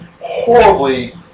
horribly